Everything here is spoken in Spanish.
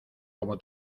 como